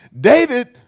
David